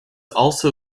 also